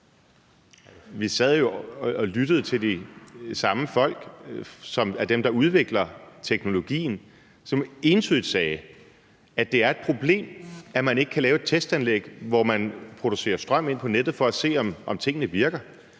vi sad og lyttede til de samme af de folk, der udvikler teknologien, og som entydigt sagde, at det er et problem, at man ikke kan lave et testanlæg, hvor man producerer strøm inde på nettet, for at se, om tingene virker.